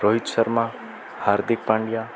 Rohit Sharma Hardik Pandya